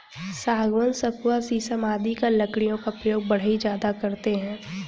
सागवान, सखुआ शीशम आदि की लकड़ियों का प्रयोग बढ़ई ज्यादा करते हैं